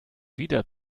wieder